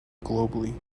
globally